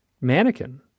mannequin